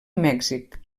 mèxic